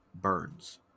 burns